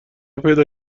پیدا